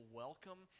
welcome